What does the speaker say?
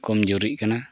ᱠᱚᱢ ᱡᱩᱨᱤᱜ ᱠᱟᱱᱟ